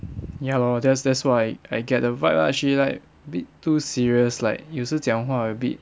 ya lor that's that's why I get the vibe lah she like a bit too serious like 有时讲话 a bit